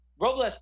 Robles